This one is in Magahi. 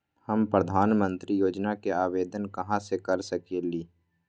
हम प्रधानमंत्री योजना के आवेदन कहा से कर सकेली?